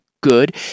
good